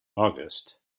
august